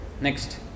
Next